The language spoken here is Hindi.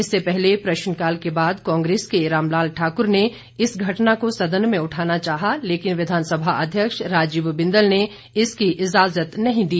इससे पहले प्रश्नकाल के बाद कांग्रेस के रामलाल ठाकुर ने इस घटना को सदन में उठाना चाहा लेकिन विधानसभा अध्यक्ष राजीव बिंदल ने इसकी इजाजत नहीं दी